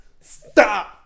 Stop